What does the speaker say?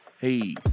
hey